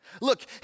Look